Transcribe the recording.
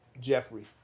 Jeffrey